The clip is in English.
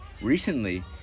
recently